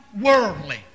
worldly